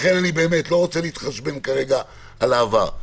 לכן אני באמת לא רוצה להתחשבן כרגע על העבר.